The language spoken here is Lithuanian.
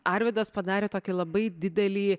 arvidas padarė tokį labai didelį